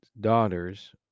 daughters